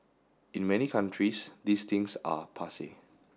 in many countries these things are passe